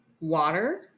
water